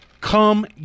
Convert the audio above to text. Come